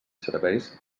serveis